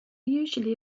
usually